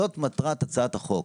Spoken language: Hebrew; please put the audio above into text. זאת מטרת הצעת החוק,